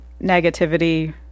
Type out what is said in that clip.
negativity